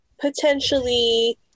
potentially